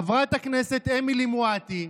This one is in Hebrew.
חברת הכנסת אמילי מואטי,